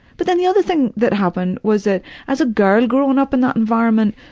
but then the other thing that happened was that as a girl growing up in that environment,